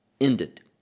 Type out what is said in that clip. ended